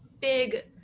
big